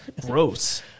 gross